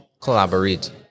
Collaborate